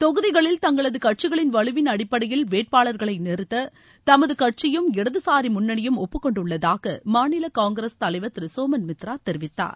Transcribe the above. தொகுதிகளில் தங்களது கட்சிகளின் வலுவின் அடிப்படையில் வேட்பாளர்களை நிறுத்த தமது கட்சியும் இடதுசாரி முன்னியும் ஒப்புக்கொண்டுள்ளதாக மாநில காங்கிரஸ் தலைவர் திரு சோமன் மித்திரா தெரிவித்தார்